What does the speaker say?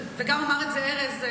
וגם אמר את זה ארז,